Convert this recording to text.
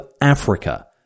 Africa